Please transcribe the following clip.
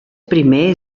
primer